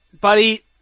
buddy